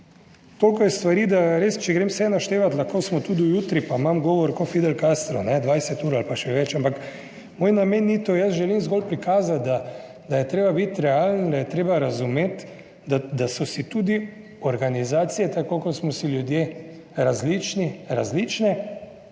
Toliko je stvari, da res, če grem vse naštevati, lahko smo tudi do jutri, pa imam govor kot Fidel Castro, 20 ur ali pa še več, ampak moj namen ni to, jaz želim zgolj prikazati, da je treba biti realen, da je treba razumeti, da so si tudi organizacije, tako kot smo si ljudje različni, različne